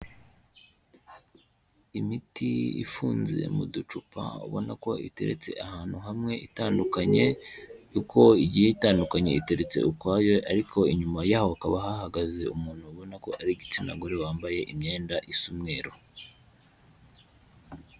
Imiti ifunze mu ducupa ubona ko iteretse ahantu hamwe itandukanye, uko igiye itandukanye iteretse ukwayo ariko inyuma yaho hakaba hahagaze umuntu ubona ko ari igitsina gore, wambaye imyenda isa mweruru.